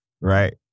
Right